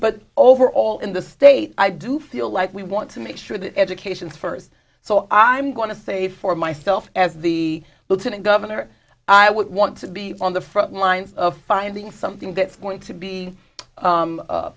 but overall in the state i do feel like we want to make sure that education is first so i'm going to say for myself as the lieutenant governor i would want to be on the front lines of finding something that's going to be